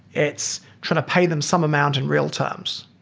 it's trying to pay them some amount in real terms,